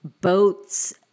boats